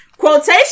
Quotation